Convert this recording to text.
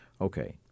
Okay